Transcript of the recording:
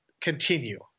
continue